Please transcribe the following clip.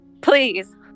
please